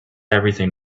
everything